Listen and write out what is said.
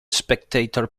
spectator